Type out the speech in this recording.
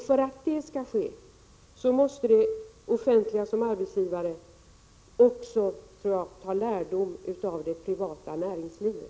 För att det skall ske måste det offentliga som arbetsgivare ta lärdom av det privata näringslivet.